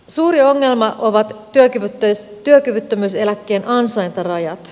suuri ongelma ovat työkyvyttömyyseläkkeen ansaintarajat